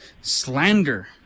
slander